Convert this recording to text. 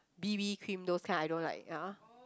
b_b-cream those kind I don't like ya